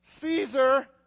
Caesar